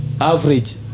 average